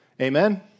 Amen